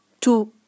two